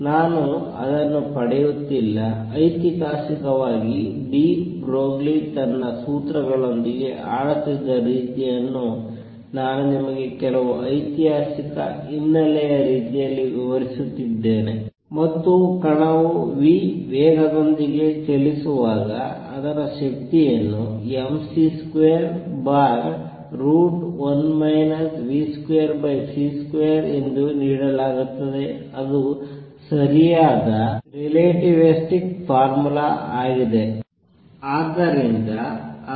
ನಾನು ಅದನ್ನು ಪಡೆಯುತ್ತಿಲ್ಲ ಐತಿಹಾಸಿಕವಾಗಿ ಡಿ ಬ್ರೋಗ್ಲಿ ತನ್ನ ಸೂತ್ರಗಳೊಂದಿಗೆ ಆಡುತ್ತಿದ್ದ ರೀತಿಯನ್ನು ನಾನು ನಿಮಗೆ ಕೆಲವು ಐತಿಹಾಸಿಕ ಹಿನ್ನೆಲೆಯ ರೀತಿಯಲ್ಲಿ ವಿವರಿಸುತ್ತಿದ್ದೇನೆ ಮತ್ತು ಕಣವು v ವೇಗದೊಂದಿಗೆ ಚಲಿಸುವಾಗ ಅದರ ಶಕ್ತಿಯನ್ನು mc21 v2c2 ಎಂದು ನೀಡಲಾಗುತ್ತದೆ ಅದು ಸರಿಯಾದ ರಿಲೇಟಿವೆಸ್ಟಿಕ್ ಫಾರ್ಮಲ್ ಆಗಿದೆ